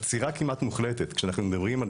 עצירה כמעט מוחלטת כשאנחנו מדברים על